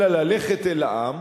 אלא ללכת אל העם,